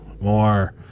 more